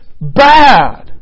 bad